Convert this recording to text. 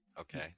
Okay